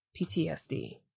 PTSD